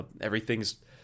everything's